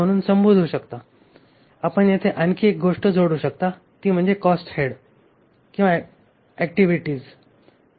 म्हणून येथे या किंमतीची गणना करण्यासाठी आम्हाला येथे काही शीर्षके ठेवली पाहिजेत आणि ही शीर्षके एक आहे ऍक्टिव्हिटीज दुसरे म्हणजे भिन्न ऍक्टिव्हिटीजची अॅनुअल कॉस्ट